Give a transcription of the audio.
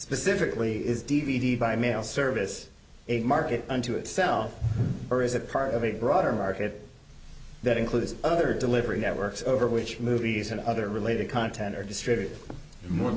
specifically is d v d by mail service market unto itself or is a part of a broader market that includes other delivery networks over which movies and other related content are distributed more